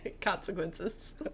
consequences